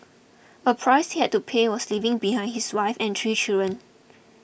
a price he had to pay was leaving behind his wife and three children